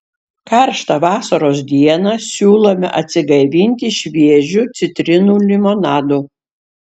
karštą vasaros dieną siūlome atsigaivinti šviežiu citrinų limonadu